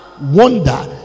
wonder